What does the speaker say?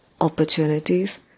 opportunities